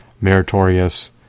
meritorious